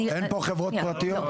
אין פה חברות פרטיות?